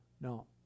No